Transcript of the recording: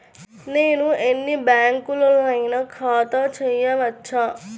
నేను ఎన్ని బ్యాంకులలోనైనా ఖాతా చేయవచ్చా?